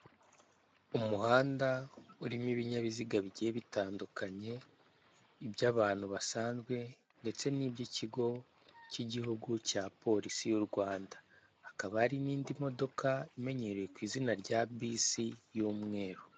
Umuhanda urimo ibinyabiziga bigiye bitandukanye iby'abantu basanzwe ndetse n'iby'ikigo cy'igihugu cya polisi y'u Rwanda, hakaba hari n'indi modoka imenyerewe ku izina rya bisi y'umweru.